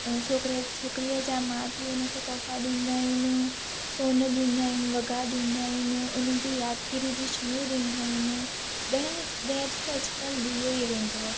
छोकिरा छोकिरीअ जा माउ पीउ उन खे तोहफ़ा ॾींदा आहिनि सोन ॾींदा आहिनि वॻा ॾींदा आहिनि उन्हनि जी यादिगिरी जी शयूं ॾींदा आहिनि दहेज दहेज त अॼुकल्ह इहो ई वेंदो आहे